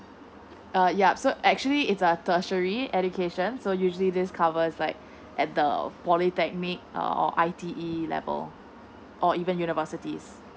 uh yeah so actually it's a tertiary education so usually this covers like at the polytechnic uh or I T E level or even universities